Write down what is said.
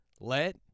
Let